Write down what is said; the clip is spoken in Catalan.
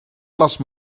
les